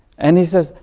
and he says,